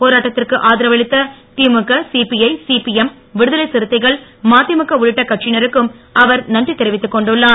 போராட்டத்திற்கு ஆதரவளித்த திமுக சிபிஐ சிபிஎம் விடுதலைச் சிறுத்தைகள் மதிமுக உள்ளிட்ட கட்சியிருக்கும் அவர் நன்றி தெரிவித்துக் கொண்டுள்ளார்